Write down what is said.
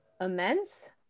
immense